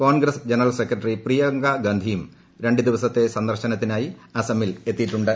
Congress general secretary Priyanka ഗാന്ധിയും രണ്ട് ദിവസത്തെ സന്ദർശനത്തിനീട്ടുയി ് അസമിൽ എത്തിയിട്ടുണ്ട്